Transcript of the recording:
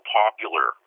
popular